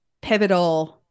pivotal